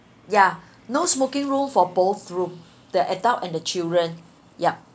ya no smoking room for both room the adult and the children yup